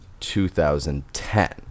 2010